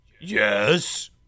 Yes